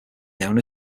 known